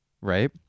right